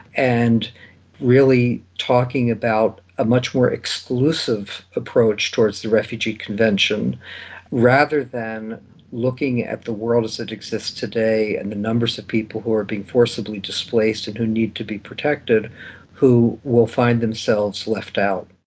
and really talking about a much more exclusive approach towards the refugee convention rather than looking at the world as it exists today and the numbers of people who are being forcibly displaced and who need to be protected who will find themselves left out.